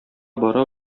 бара